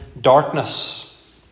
darkness